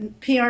PR